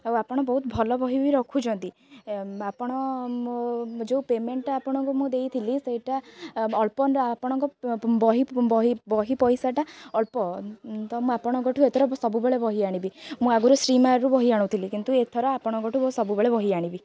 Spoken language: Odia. ଆଉ ଆପଣ ବହୁତ ଭଲ ବହି ବି ରଖୁଛନ୍ତି ଆପଣ ଯେଉଁ ପ୍ୟାମେଣ୍ଟଟା ଆପଣଙ୍କୁ ମୁଁ ଦେଇଥିଲି ସେଇଟା ଅଳ୍ପ ଆପଣଙ୍କ ବହି ପଇସାଟା ଅଳ୍ପ ତ ମୁଁ ଆପଣଙ୍କଠୁ ଏଥର ସବୁବେଳେ ବହି ଆଣିବି ମୁଁ ଆଗରୁ ଶ୍ରୀମରୁ ବହି ଆଣୁଥିଲି କିନ୍ତୁ ଏଥର ଆପଣଙ୍କଠୁ ସବୁବେଳେ ବହି ଆଣିବି